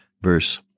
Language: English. verse